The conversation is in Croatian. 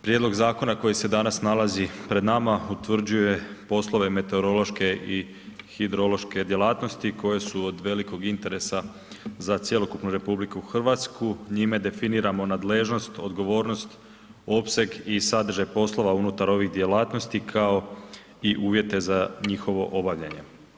Prijedlog zakona koji se danas nalazi pred nama utvrđuje poslove meteorološke i hidrološke djelatnosti koje su od velikog interesa za cjelokupnu RH, njime definiramo nadležnost, odgovornost, opseg i sadržaj poslova unutar ovih djelatnosti kao i uvjete za njihovo obavljanje.